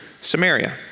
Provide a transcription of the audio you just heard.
Samaria